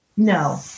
No